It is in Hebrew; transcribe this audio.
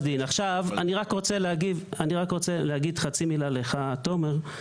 אני רק רוצה לומר חצי מילה לך, תומר.